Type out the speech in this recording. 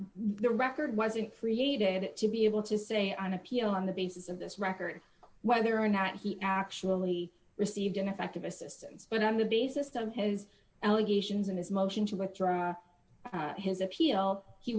the record wasn't free a day of it to be able to say on appeal on the basis of this record whether or not he actually received ineffective assistance but on the basis on his allegations in his motion to withdraw his appeal he